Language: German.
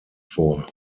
vor